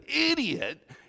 idiot